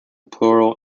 plural